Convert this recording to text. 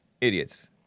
Idiots